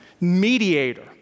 mediator